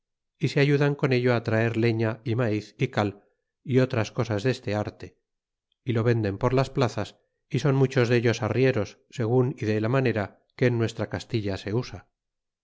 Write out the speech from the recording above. y se ayudan con ello traer leña y maiz y cal y otras cosas de este arte y lo venden por las plazas y son muchos dellos harrieros segun y de la manera que en nuestra castilla se usa